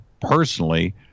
personally